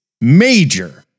major